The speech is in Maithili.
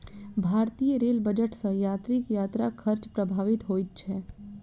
भारतीय रेल बजट सॅ यात्रीक यात्रा खर्च प्रभावित होइत छै